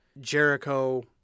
Jericho